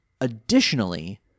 Additionally